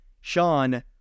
sean